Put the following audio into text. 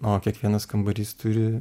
o kiekvienas kambarys turi